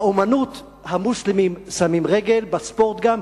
באמנות, המוסלמים שמים רגל, בספורט גם.